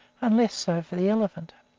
and less so for the elephant.